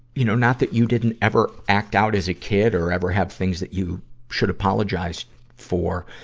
you know, not that you didn't ever act out as a kid, or ever have things that you should apologize for,